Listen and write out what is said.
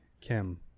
Kim